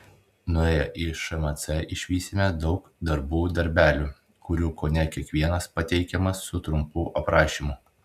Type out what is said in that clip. nuėję į šmc išvysime daug darbų darbelių kurių kone kiekvienas pateikiamas su trumpu aprašymu